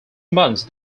months